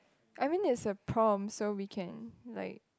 I means it's a prompt so we can like